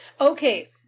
Okay